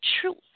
truth